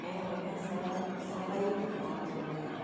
ऐं तंहिंखां सवाइ सफ़ाई बि तमामु ज़रूरी आहे